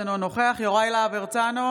(קוראת בשמות חברי הכנסת) יוראי להב הרצנו,